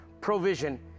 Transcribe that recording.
provision